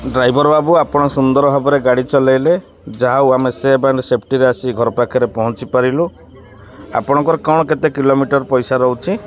driver ବାବୁ ଆପଣ ସୁନ୍ଦର ଭାବରେ ଗାଡ଼ି ଚଲେଇଲେ ଯାହା ହଉ ଆମେ ସେଫ ଆଣ୍ଡ ସେଫ୍ଟିରେ ଆସି ଘର ପାଖରେ ପହଞ୍ଚି ପାରିଲୁ ଆପଣଙ୍କର କ'ଣ କେତେ କିଲୋମିଟର ପଇସା ରହୁଛି